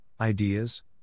ideas